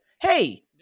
Hey